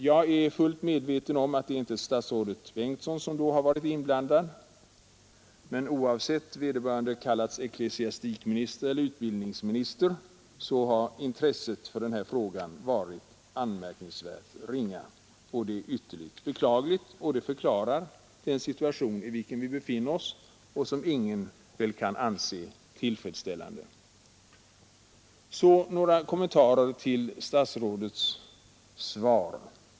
Jag är fullt medveten om att det inte är statsrådet Bengtsson som då varit inblandad, men oavsett om vederbörande kallats ecklesiastikminister eller utbildningsminister har intresset för frågan varit anmärkningsvärt ringa. Det är mycket beklagligt och det förklarar den situation i vilken vi befinner oss och som väl ingen kan anse tillfredsställande. Så några kommentarer till statsrådets svar!